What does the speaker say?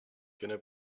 gonna